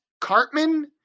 Cartman